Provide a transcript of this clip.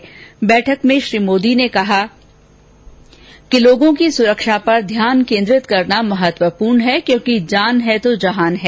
र्बैठक में श्री मोदी ने कहा कि लोगों की सुरक्षा पर ध्यान केन्द्रित करना महत्वपूर्ण है क्योंकि जान है तो जहान है